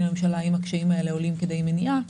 לממשלה האם הקשיים האלה עולים כדי מניעה.